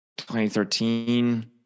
2013